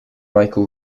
michel